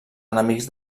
enemics